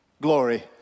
glory